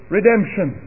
Redemption